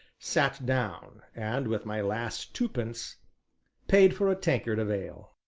sat down, and with my last twopence paid for a tankard of ale.